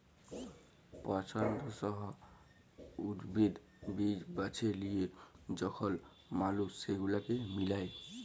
পছল্দসই উদ্ভিদ, বীজ বাছে লিয়ে যখল মালুস সেগুলাকে মিলায়